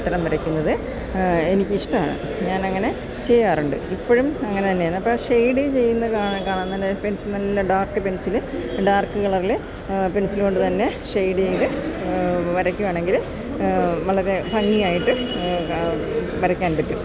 ചിത്രം വരയ്ക്കുന്നത് എനിക്ക് ഇഷ്ടമാണ് ഞാൻ അങ്ങനെ ചെയ്യാറുണ്ട് ഇപ്പോഴും അങ്ങനെ തന്നെയാണ് അപ്പോള് ഷെയ്ഡ് ചെയ്യുന്നതാ കാണാ തന്നെ പെൻസില് നല്ല ഡാർക്ക് പെൻസില് ഡാർക്ക് കളറില് പെൻസിലുകൊണ്ട് തന്നെ ഷെയ്ഡ് ചെയ്ത് വരയ്ക്കുവാണെങ്കില് വളരെ ഭംഗിയായിട്ട് വരയ്ക്കാൻ പറ്റും